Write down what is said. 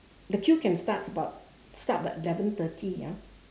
the queue can starts about start about eleven thirty ah